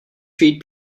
treat